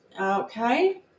Okay